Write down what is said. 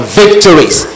victories